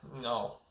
No